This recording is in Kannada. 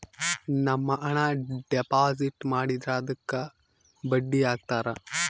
ನಮ್ ಹಣ ಡೆಪಾಸಿಟ್ ಮಾಡಿದ್ರ ಅದುಕ್ಕ ಬಡ್ಡಿ ಹಕ್ತರ